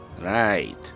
Right